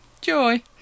Joy